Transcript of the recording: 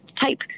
type